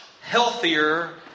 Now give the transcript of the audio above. healthier